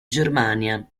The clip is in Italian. germania